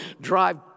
drive